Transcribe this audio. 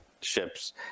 ships